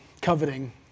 coveting